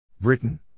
Britain